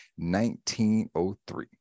1903